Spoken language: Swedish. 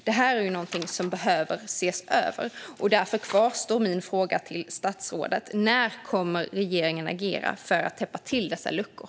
Detta är något som behöver ses över. Därför kvarstår min fråga till statsrådet: När kommer regeringen att agera för att täppa till dessa luckor?